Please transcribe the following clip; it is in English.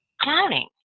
clowning